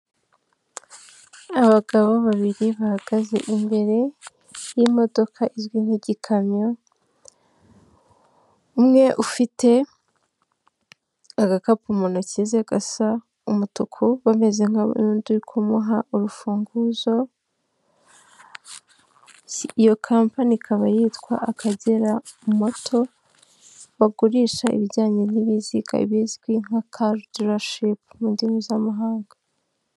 Abagabo babiri bahagaze imbere y'imodoka izwi nk'igikamyo, umwe ufite agakapu mu ntoki ze gasa umutuku, bameze nkaho hari undi uri kumuha urufunguzo, iyo kampani ikaba yitwa Akagera moto bagurisha ibijyanye n'ibiziga bizwi nka caridarashipu mu ndimi z'amahanga.